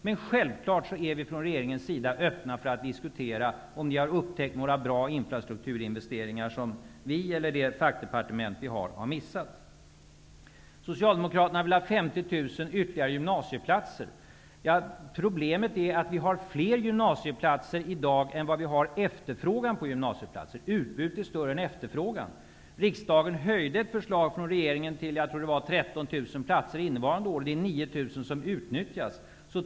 Men självfallet är vi från regeringens sida öppna för att diskutera, om ni har upptäckt några bra infrastrukturinvesteringar som vi eller vårt fackdepartement har missat. gymnasieplatser skall inrättas. Problemet är att vi i dag har fler gymnasieplatser än vad som efterfrågas. Utbudet är större än efterfrågan. Riksdagen höjde antalet platser i ett förslag från regeringen till 13 000 för innevarande år, och det är 9 000 som utnyttjas.